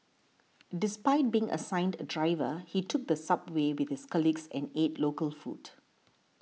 despite being assigned a driver he took the subway with his colleagues and ate local food